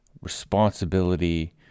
responsibility